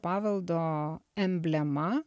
paveldo emblema